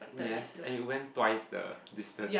yes and it went twice the distance